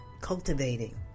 cultivating